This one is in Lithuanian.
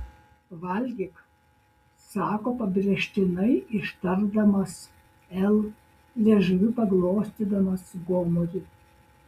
valgyk sako pabrėžtinai ištardamas l liežuviu paglostydamas gomurį